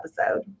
episode